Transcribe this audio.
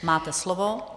Máte slovo.